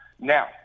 Now